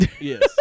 Yes